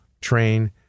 train